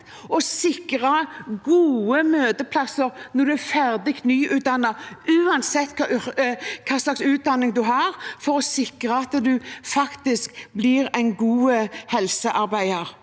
og å sikre gode møteplasser for de ferdig nyutdannede, uansett hva slags utdanning de har, for å sikre at de faktisk blir en god helsearbeider.